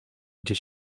gdzie